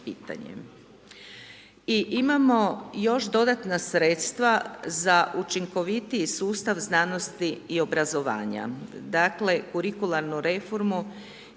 I imao još dodatna sredstva za učinkovitiji sustav znanosti i obrazovanja. Dakle, kurikularnu reformu